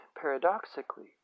Paradoxically